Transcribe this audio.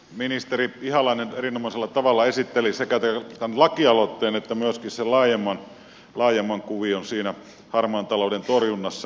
ministeri ihalainen erinomaisella tavalla esitteli sekä tämän lakialoitteen että myöskin sen laajemman kuvion harmaan talouden torjunnassa